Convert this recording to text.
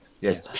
Yes